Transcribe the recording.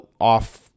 off